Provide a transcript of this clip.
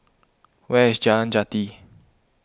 where is Jalan Jati